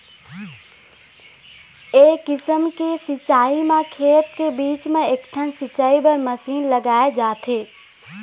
ए किसम के सिंचई म खेत के बीच म एकठन सिंचई बर मसीन लगाए जाथे